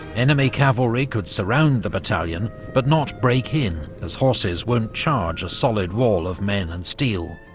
enemy cavalry could surround the battalion, but not break in, as horses won't charge a solid wall of men and steel.